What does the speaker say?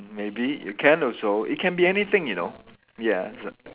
maybe you can also it can be anything you know ya it's a